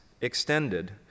extended